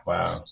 Wow